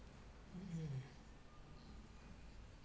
mmhmm